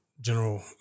General